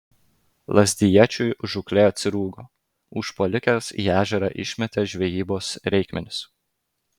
lazdijiečiui žūklė atsirūgo užpuolikės į ežerą išmetė žvejybos reikmenis